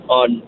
on